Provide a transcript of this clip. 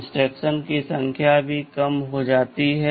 instructions की संख्या भी कम हो जाती है